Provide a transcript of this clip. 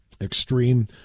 extreme